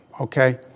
okay